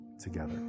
together